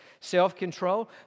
self-control